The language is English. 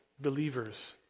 believers